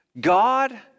God